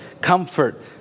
comfort